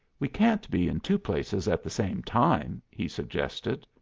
we can't be in two places at the same time, he suggested.